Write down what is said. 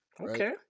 Okay